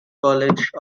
college